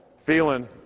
feeling